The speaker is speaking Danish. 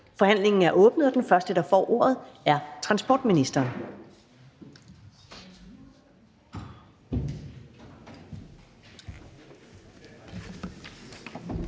Forhandlingen er åbnet, og den første, der får ordet, er transportministeren.